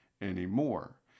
anymore